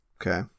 Okay